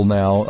now